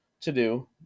to-do